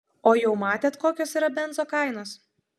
o jau matėt kokios yra benzo kainos